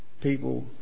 people